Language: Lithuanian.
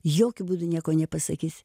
jokiu būdu nieko nepasakysi